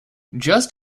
just